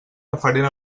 referent